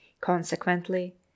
Consequently